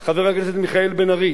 חבר הכנסת חמד עמאר,